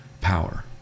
power